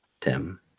Tim